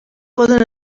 poden